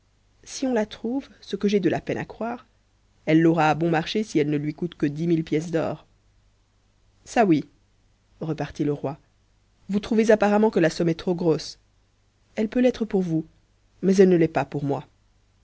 si on la trouve ce quej'a f h peine à croire elle l'aura à bon marché si eue ne lui coûte que dix ni te pièces d'or saouy repartit le roi vous trouvez apparemment que a somme est trop grosse elle peut l'être pour vous mais elle ne l'est nas pour moi